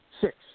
six